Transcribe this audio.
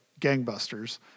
gangbusters